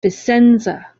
vicenza